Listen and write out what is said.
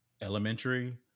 elementary